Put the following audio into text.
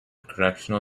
correctional